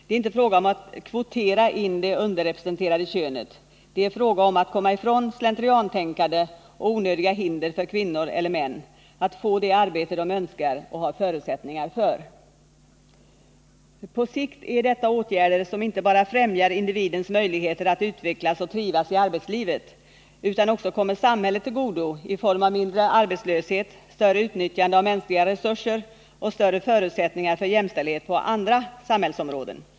Det är inte fråga om att kvotera in det underrepresenterade könet — det är fråga om att komma ifrån slentriantänkandet och onödiga hinder för kvinnor eller män att få det arbete de önskar och har förutsättningar för. På sikt är detta åtgärder som inte bara främjar individens möjligheter att utvecklas och trivas i arbetslivet utan också kommer samhället till godo i form av mindre arbetslö het, större utnyttjande av mänskliga resurser och större förutsättningar för jämställdhet på andra samhällsområden.